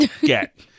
get